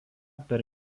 per